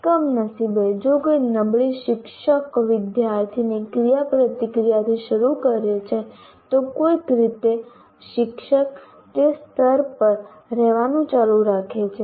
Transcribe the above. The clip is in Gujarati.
કમનસીબે જો કોઈ નબળી શિક્ષક વિદ્યાર્થીની ક્રિયાપ્રતિક્રિયાથી શરૂ કરે છે તો કોઈક રીતે શિક્ષક તે સ્તર પર રહેવાનું ચાલુ રાખે છે